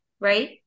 right